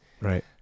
Right